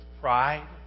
pride